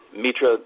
Mitra